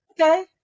Okay